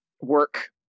work